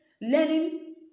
learning